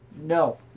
No